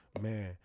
man